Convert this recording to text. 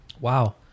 Wow